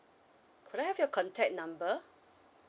could I have your contact number